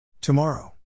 Tomorrow